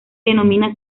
denomina